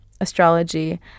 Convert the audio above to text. astrology